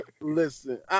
Listen